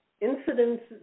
incidents